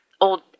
Old